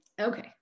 Okay